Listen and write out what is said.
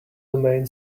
domain